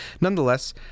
Nonetheless